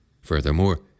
Furthermore